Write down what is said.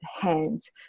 hands